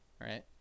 right